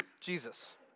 Jesus